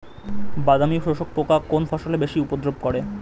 বাদামি শোষক পোকা কোন ফসলে বেশি উপদ্রব করে?